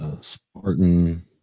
Spartan